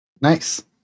Nice